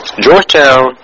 Georgetown